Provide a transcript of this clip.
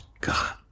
God